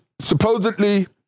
supposedly